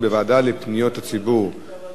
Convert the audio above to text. בבקשה, חברים.